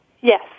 yes